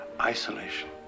isolation